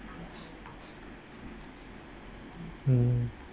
mm